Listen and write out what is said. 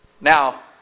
Now